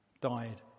died